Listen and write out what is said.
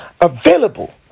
available